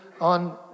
on